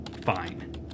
Fine